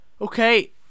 okay